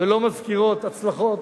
ולא מזכירות הצלחות,